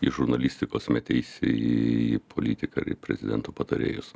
iš žurnalistikos meteisi į politiką ar į prezidento patarėjus